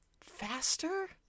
faster